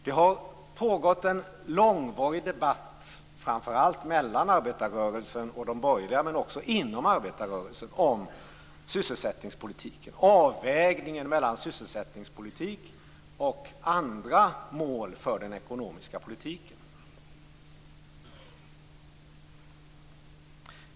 Det har pågått en långvarig debatt, framför allt mellan arbetarrörelsen och de borgerliga, men också inom arbetarrörelsen om sysselsättningspolitiken, avvägningen mellan sysselsättningspolitik och andra mål för den ekonomiska politiken.